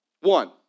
One